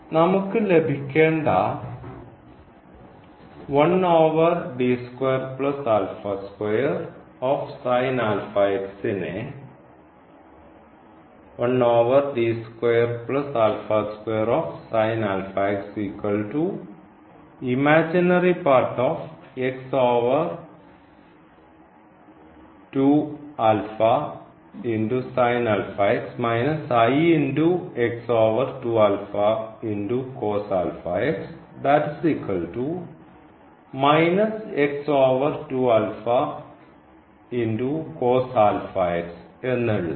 നമുക്ക് ലഭിക്കേണ്ട നെ എന്നെഴുതാം